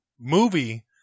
movie